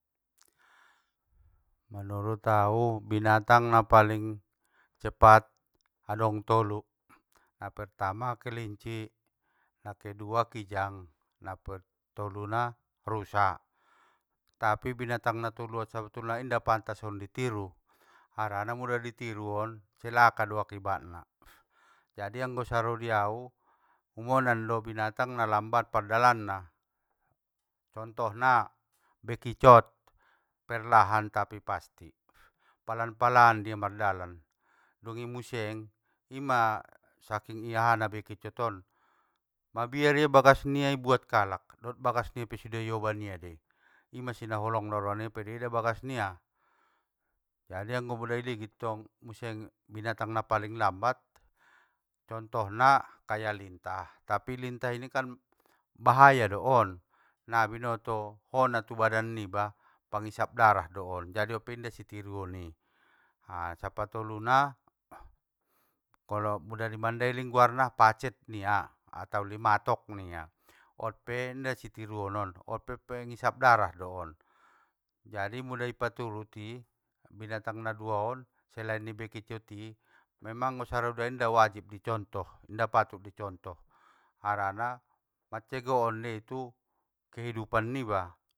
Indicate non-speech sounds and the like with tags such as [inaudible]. Manurut au, binatang na paling cepat adong tolu, napertama kelinci, nakedua kijang, napatoluna rusa, tapi binatang natolu on sabetulna inda pantas on i tiru! Harana mula itiru on celaka do akibatna!, jadi anggo saro diau, um onan do binatang na lambat pardalanna. Contohna bekicot, perlahan tapi pasti, palan palan dia mardalan, dungi museng ima saking ahana bekicot on, mabiar ia bagas niai ibuat kalak, dot bagas nia pe sude ioban ia dei, ima sinaholongna roa nia paida ida bagas nia!, jadi anggo mula iligin tong museng, binatang na paling lambat contohna kayak lintah, tapi lintah inikan bahaya do on, na binoto ona tu badan niba, pangisap darah do on jadi onpe ngga sitiruon ni. A nasapatoluna [noise] klo muda i mandailing guarna pacet ningia, ato limatok ningia, onpe inda sitiruonon onpe pengisap darah do on. Jadi muda i paturuti, binatang na dua on, selain ni bekicot i, memang anggo saro ni udai inda wajib i contoh inda patut i contoh harana mancegoon dei tu kehidupan niba.